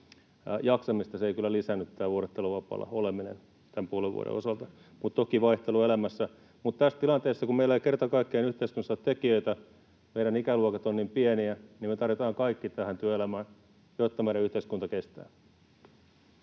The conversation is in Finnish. jaksamistani tämä vuorotteluvapaalla oleminen ei kyllä lisännyt tämän puolen vuoden osalta mutta toki vaihtelua elämässä. Mutta tässä tilanteessa, kun meillä ei kerta kaikkiaan yhteiskunnassa ole tekijöitä ja meidän ikäluokat ovat niin pieniä, niin me tarvitaan kaikki tähän työelämään, jotta meidän yhteiskuntamme kestää.